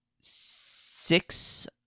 Six